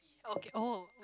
okay oh